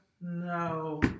No